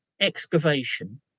excavation